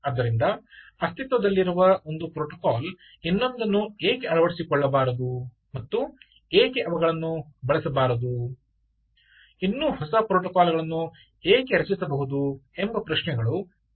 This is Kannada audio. ಆದ್ದರಿಂದ ಅಸ್ತಿತ್ವದಲ್ಲಿರುವ ಒಂದು ಪ್ರೋಟೋಕಾಲ್ ಇನ್ನೊಂದನ್ನು ಏಕೆ ಅಳವಡಿಸಿಕೊಳ್ಳಬಾರದು ಮತ್ತು ಏಕೆ ಅವುಗಳನ್ನು ಬಳಸಬಾರದು ಇನ್ನೂ ಹೊಸ ಪ್ರೋಟೋಕಾಲ್ ಗಳನ್ನು ಏಕೆ ರಚಿಸಬಹುದು ಎಂಬ ಪ್ರಶ್ನೆಗಳು ನಿಮ್ಮಲ್ಲಿ ಮೂಡಿರಬಹುದು